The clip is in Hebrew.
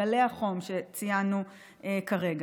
גלי החום שציינו כרגע.